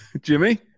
Jimmy